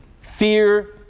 fear